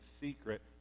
secret